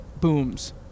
booms